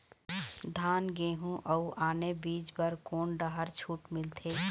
धान गेहूं अऊ आने बीज बर कोन डहर छूट मिलथे?